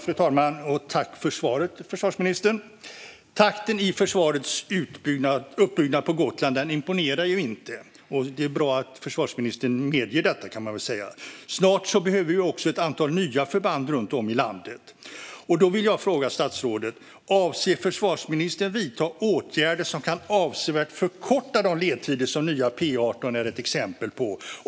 Fru talman! Tack för svaret, försvarsministern! Takten i försvarets uppbyggnad på Gotland imponerar inte. Det är bra att ministern medger detta. Snart behöver vi också ett antal nya förband runt om i landet, och då vill jag fråga statsrådet: Avser försvarsministern att vidta åtgärder som avsevärt kan förkorta de ledtider som har visats exempel på när det gäller nya P 18?